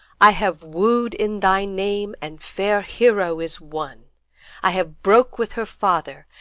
i have wooed in thy name, and fair hero is won i have broke with her father,